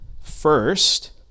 first